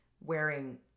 wearing